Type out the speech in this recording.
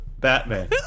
Batman